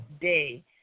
Day